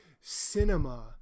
cinema